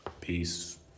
Peace